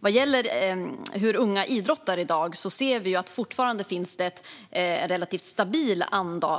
Vad gäller hur unga idrottar i dag ser vi att det fortfarande finns en relativt stabil